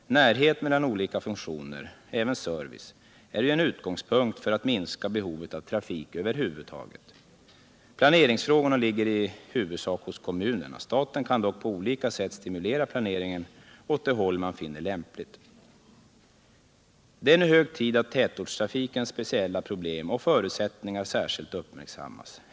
Närhet mellan olika funktioner, även service, är ju en förutsättning för att man skall kunna minska behovet av trafik över huvud taget. Planeringsfrågorna ligger i huvudsak hos kommunerna. Staten kan dock på olika sätt stimulera planeringen åt de håll man finner lämpligt. Det är nu hög tid att tätortstrafikens speciella problem och förutsättningar särskilt uppmärksammas.